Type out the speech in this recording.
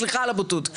סליחה על הבוטות.